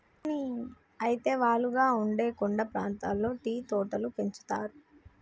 అయితే వాలుగా ఉండే కొండ ప్రాంతాల్లో టీ తోటలు పెంచుతారు